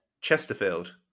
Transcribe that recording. Chesterfield